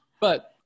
But-